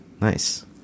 Nice